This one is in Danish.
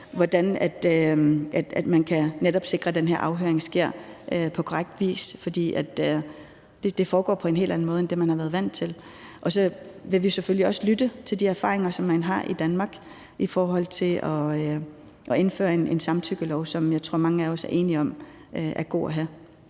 hvordan man netop kan sikre, at den her afhøring sker på korrekt vis. For det foregår på en helt anden måde end det, man har været vant til. Og så vil vi selvfølgelig også lytte til de erfaringer, som man har i Danmark, i forhold til at indføre en samtykkelov, som jeg tror mange af os er enige om er god at have.